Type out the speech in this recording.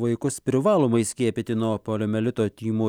vaikus privalomai skiepyti nuo poliomielito tymų